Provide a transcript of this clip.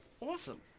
awesome